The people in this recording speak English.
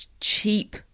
cheap